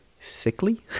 sickly